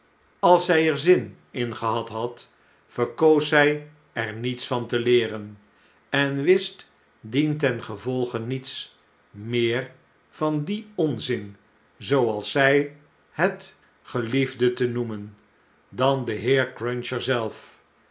als zjj er zin in gehad had verkoos zij er niets van te leeren en wist dientengevolge niets meer van dien onzin zooals zjj het geliefde te noemen dan de heer cruncher zelf